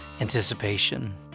anticipation